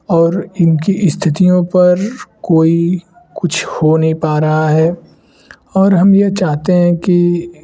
और इनकी स्थितियों पर कोई कुछ हो नहीं पा रहा है और हम यह चाहते हैं कि